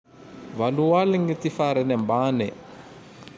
Valo aligne ty farany ambane.